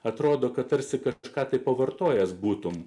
atrodo kad tarsi kad ką tik pavartojęs būtumei